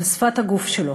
על שפת הגוף שלו.